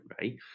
right